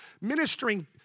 ministering